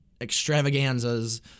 extravaganzas